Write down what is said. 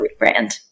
rebrand